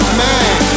man